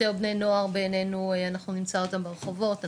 יותר בני נוער בעיננו אנחנו נמצא אותם ברחובות,